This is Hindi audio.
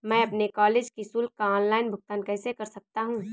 मैं अपने कॉलेज की शुल्क का ऑनलाइन भुगतान कैसे कर सकता हूँ?